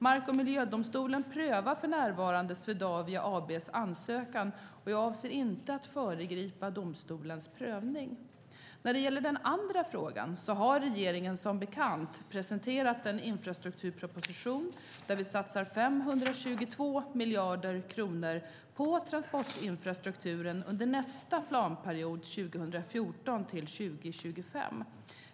Mark och miljödomstolen prövar för närvarande Swedavia AB:s ansökan. Jag avser inte att föregripa domstolens prövning. När det gäller den andra frågan har regeringen som bekant presenterat en infrastrukturproposition där vi satsar 522 miljarder kronor på transportinfrastrukturen under nästa planperiod 2014-2025.